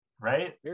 Right